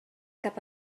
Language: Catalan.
cap